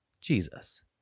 Jesus